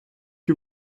que